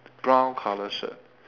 brown colour shirt